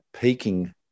peaking